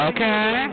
Okay